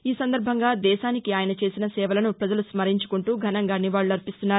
ఈ సందర్భంగా దేశానికి ఆయన చేసిన సేవలను ప్రజలు స్నరించుకుంటూ ఘనంగా నివాళులర్పిస్తున్నారు